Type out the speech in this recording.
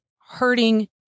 hurting